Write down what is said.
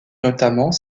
notamment